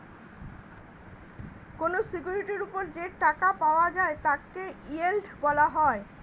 কোন সিকিউরিটির উপর যে টাকা পাওয়া যায় তাকে ইয়েল্ড বলা হয়